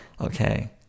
Okay